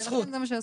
ולכן זה מה שעשיתי.